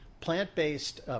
plant-based